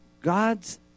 God's